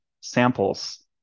samples